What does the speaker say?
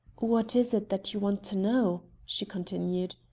what is it that you want to know? she continued.